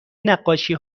نقاشی